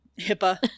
hipaa